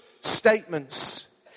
statements